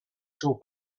seu